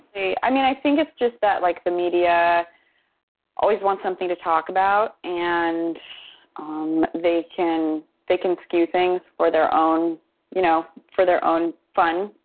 i mean i think it's just that like the media always wants something to talk about. and um they can they can skew things for their own you know, for their own fun.